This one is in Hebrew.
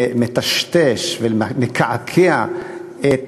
מטשטש ומקעקע את